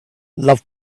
love